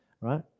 right